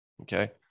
Okay